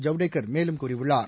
ஜவ்டேகர் மேலும் கூறியுள்ளார்